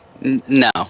no